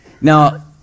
Now